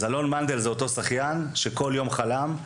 אז זה אותו שחיין שכל יום חלם.